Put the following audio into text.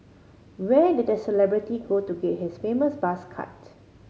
where did the celebrity go to get his famous buzz cut